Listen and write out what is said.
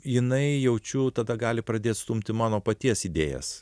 jinai jaučiu tada gali pradėt stumti mano paties idėjas